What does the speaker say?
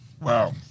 Wow